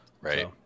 Right